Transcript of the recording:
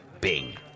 Bing